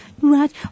Right